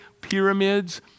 pyramids